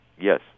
Yes